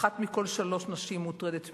אחת מכל שלוש נשים מוטרדת מינית,